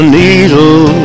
needle